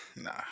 nah